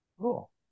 Cool